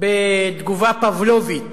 בתגובה פבלובית